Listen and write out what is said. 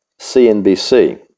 CNBC